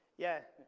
yeah,